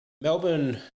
Melbourne